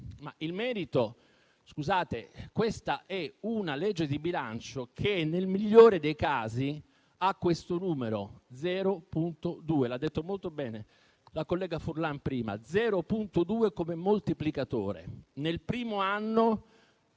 di merito. Questa è una legge di bilancio che nel migliore dei casi ha questo numero: 0,2 - l'ha detto molto bene la collega Furlan prima - come moltiplicatore, nel primo anno